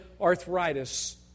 arthritis